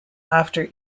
after